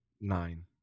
nine